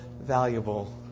valuable